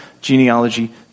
genealogy